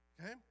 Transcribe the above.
okay